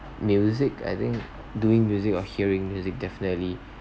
music I think doing music or hearing music definitely